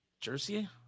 Jersey